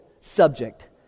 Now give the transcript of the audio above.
subject